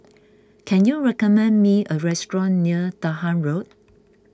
can you recommend me a restaurant near Dahan Road